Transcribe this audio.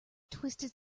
twisted